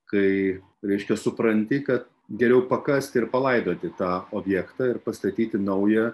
kai reiškia supranti kad geriau pakasti ir palaidoti tą objektą ir pastatyti naują